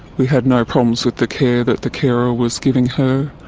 we had no problems with the care that the carer was giving her.